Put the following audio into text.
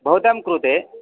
भवता कृते